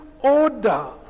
order